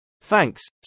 Thanks